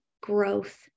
growth